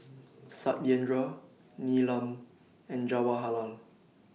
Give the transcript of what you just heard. Satyendra Neelam and Jawaharlal